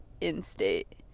in-state